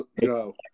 go